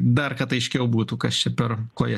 dar kad aiškiau būtų kas čia per ko jie